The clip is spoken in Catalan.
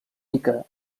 rica